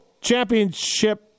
championship